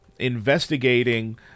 investigating